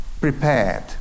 prepared